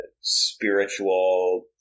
spiritual